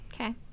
Okay